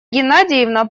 геннадьевна